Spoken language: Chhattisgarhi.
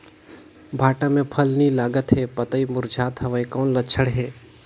भांटा मे फल नी लागत हे पतई मुरझात हवय कौन लक्षण हे?